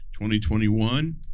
2021